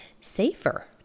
safer